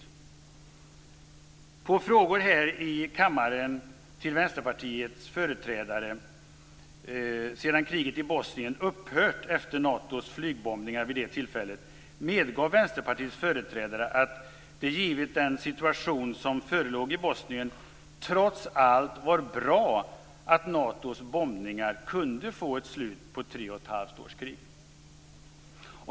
Efter frågor här i kammaren sedan kriget i Bosnien upphört efter Natos flygbombningar vid det tillfället medgav Vänsterpartiets företrädare att det, givet den situation som förelåg i Bosnien, trots allt var bra att Natos bombningar kunde få slut på tre och ett halvt års krig.